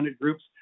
groups